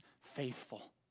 faithful